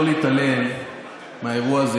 אני לא יכול להתעלם מהאירוע הזה,